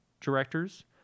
directors